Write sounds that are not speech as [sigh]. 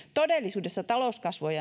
todellisuudessa talouskasvu on [unintelligible]